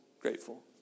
grateful